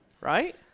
Right